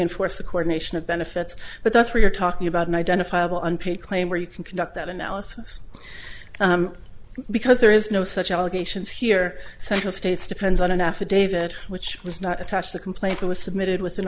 enforce the coordination of benefits but that's where you're talking about an identifiable unpaid claim where you can conduct that analysis because there is no such allegations here several states depends on an affidavit which was not attached the complaint was submitted with